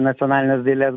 nacionalinės dailės